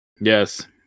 Yes